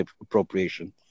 appropriation